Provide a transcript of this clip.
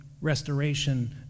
restoration